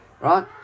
Right